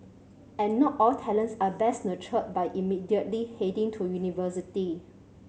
and not all talents are best nurtured by immediately heading to university